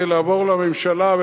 לעבור לממשלה,